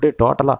அப்படியே டோட்டலாக